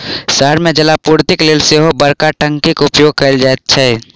शहर मे जलापूर्तिक लेल सेहो बड़का टंकीक उपयोग कयल जाइत छै